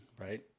right